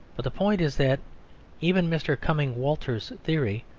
but the point is that even mr. cumming walters's theory,